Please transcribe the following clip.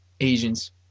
Asians